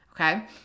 Okay